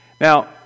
Now